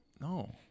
No